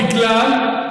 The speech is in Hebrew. בגלל,